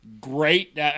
Great